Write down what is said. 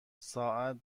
ساعت